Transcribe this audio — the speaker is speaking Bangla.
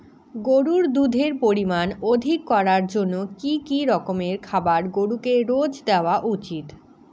গরুর দুধের পরিমান অধিক করার জন্য কি কি রকমের খাবার গরুকে রোজ দেওয়া উচিৎ?